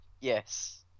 yes